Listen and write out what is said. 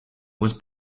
was